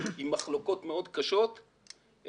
עם מחלוקות מאוד קשות,